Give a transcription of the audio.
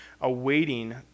awaiting